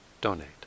donate